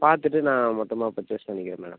பார்த்துட்டு நான் மொத்தமாக பர்ச்சேஸ் பண்ணிக்கிறேன் மேடம்